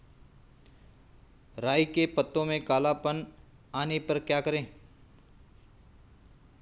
राई के पत्तों में काला पन आने पर क्या करें?